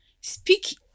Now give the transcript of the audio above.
speak